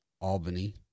Albany